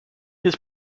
his